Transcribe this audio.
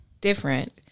different